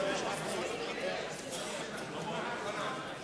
הקליטה והתפוצות על רצונה להחיל